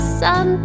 sun